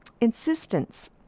insistence